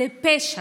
זה פשע,